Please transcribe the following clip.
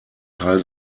teil